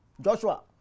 Joshua